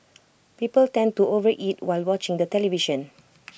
people tend to overeat while watching the television